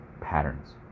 patterns